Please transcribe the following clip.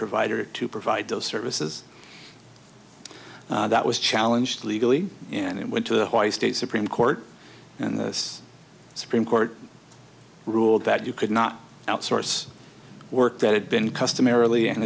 provider to provide those services that was challenged legally and it went to the why state supreme court and the supreme court ruled that you could not outsource work that had been customarily and